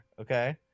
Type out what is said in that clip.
Okay